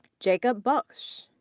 jacob bush,